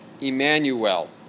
Emmanuel